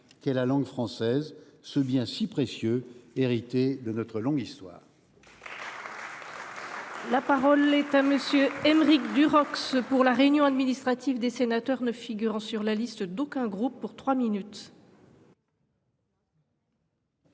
qu’est la langue française, ce bien si précieux hérité de notre longue histoire.